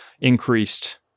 increased